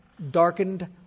darkened